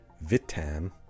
Vitam